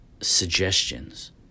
suggestions